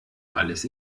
alles